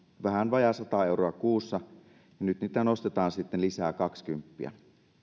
vähän vajaa sata euroa kuussa ja nyt niitä nostetaan sitten lisää kaksikymppiä